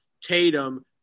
Tatum